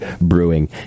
BREWING